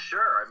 Sure